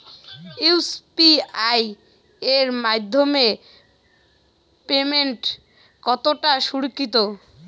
UPI এর মাধ্যমে payment কতটা সুরক্ষিত?